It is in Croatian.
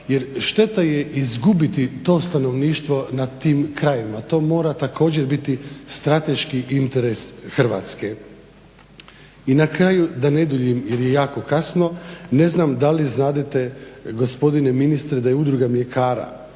jer šteta je izgubiti to stanovništvo na tim krajevima. To mora također biti strateški interes Hrvatske. I na kraju da ne duljim jer je jako kasno, ne znam da li znadete gospodine ministre da je udruga mljekara